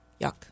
Yuck